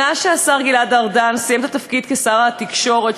מאז שהשר גלעד ארדן סיים את תפקידו כשר התקשורת,